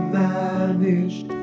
managed